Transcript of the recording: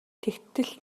тэгтэл